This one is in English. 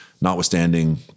notwithstanding